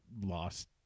Lost